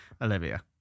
Olivia